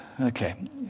Okay